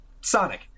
Sonic